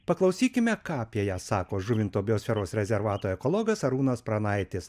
paklausykime ką apie jas sako žuvinto biosferos rezervato ekologas arūnas pranaitis